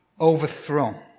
overthrown